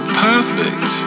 perfect